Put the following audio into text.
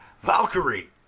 Valkyrie